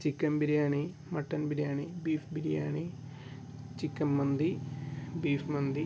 chicken biryani mutton biryani beef biryani chicken മന്തി beef മന്തി